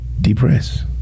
depressed